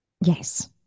yes